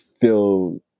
feel